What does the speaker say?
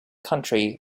country